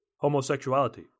homosexuality